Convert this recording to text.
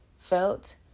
felt